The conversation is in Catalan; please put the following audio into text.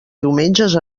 diumenges